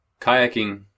Kayaking